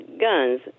Guns